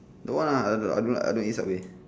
don't want lah I don't I don't like I don't eat Subway